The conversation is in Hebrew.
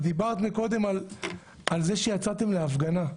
את דיברת קודם על זה שיצאתם להפגנה.